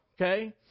okay